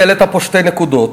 העלית שתי נקודות.